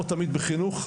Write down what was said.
כמו תמיד בחינוך,